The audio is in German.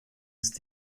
ist